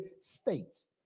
States